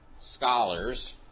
scholars